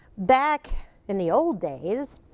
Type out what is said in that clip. back in the old days,